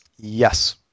yes